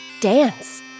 dance